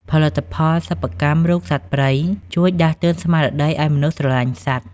ផលិតផលសិប្បកម្មរូបសត្វព្រៃ ជួយដាស់តឿនស្មារតីឱ្យមនុស្សស្រឡាញ់សត្វ។